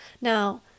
Now